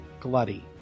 Glutty